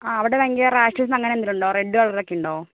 ആ അവിടെ ഭയങ്കര റാഷസ് അങ്ങനെ എന്തെങ്കിലും ഉണ്ടോ റെഡ് കളർ ഒക്കെ ഉണ്ടോ